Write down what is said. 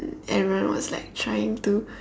everyone was like trying to